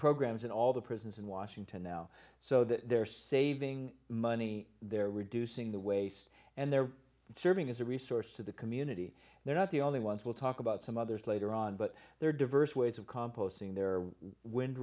programs in all the prisons in washington now so that they're saving money they're reducing the waste and they're serving as a resource to the community they're not the only ones we'll talk about some others later on but there are diverse ways of composting their